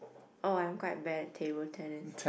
oh I'm quite bad at table tennis